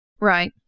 Right